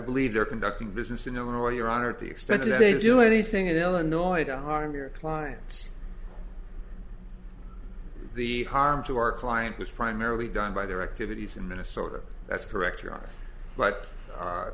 they're conducting business in illinois your honor to the extent that they do anything in illinois to harm your clients the harm to our client was primarily done by their activities in minnesota that's correct your